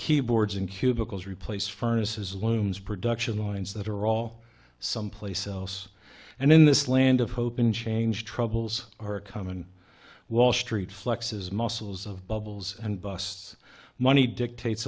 keyboards and cubicles replace furnace is looms production lines that are all someplace else and in this land of hope and change troubles are common wall street flexes muscles of bubbles and busts money dictates